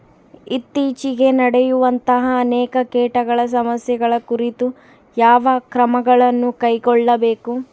ಇತ್ತೇಚಿಗೆ ನಡೆಯುವಂತಹ ಅನೇಕ ಕೇಟಗಳ ಸಮಸ್ಯೆಗಳ ಕುರಿತು ಯಾವ ಕ್ರಮಗಳನ್ನು ಕೈಗೊಳ್ಳಬೇಕು?